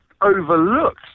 overlooked